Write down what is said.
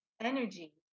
energy